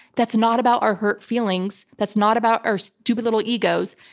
that's not about our hurt feelings. that's not about our stupid little egos.